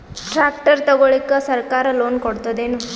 Tractor ತಗೊಳಿಕ ಸರ್ಕಾರ loan ಕೊಡತದೇನು?